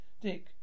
Dick